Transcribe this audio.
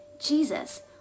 Jesus